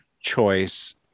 choice